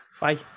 bye